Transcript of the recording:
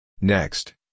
Next